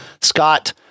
Scott